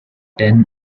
ten